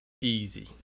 easy